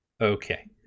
okay